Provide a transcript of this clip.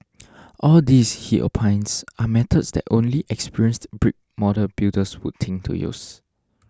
all these he opines are methods that only experienced brick model builders would think to use